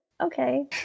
okay